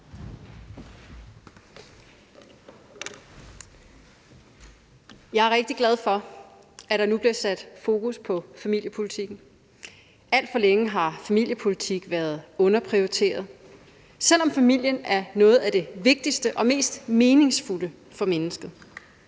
Jeg er rigtig glad for, at der nu bliver sat fokus på familiepolitikken. Alt for længe har familiepolitik været underprioriteret, selv om familien er noget af det vigtigste og mest meningsfulde for mennesket.